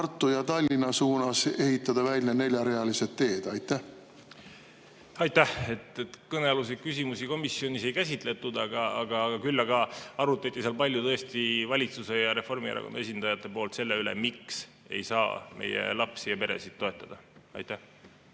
ja Tallinna suunas ehitada välja neljarealised teed? Aitäh! Kõnealuseid küsimusi komisjonis ei käsitletud, küll aga arutati seal valitsuse ja Reformierakonna esindajate poolt palju selle üle, miks ei saa meie lapsi ja peresid toetada. Aitäh!